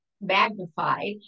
magnified